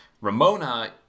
Ramona